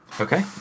Okay